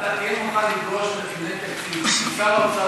אתה תהיה מוכן לדרוש בדיוני התקציב משר האוצר